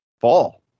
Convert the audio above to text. fall